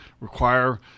require